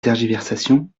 tergiversations